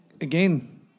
again